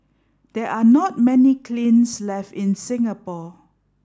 there are not many kilns left in Singapore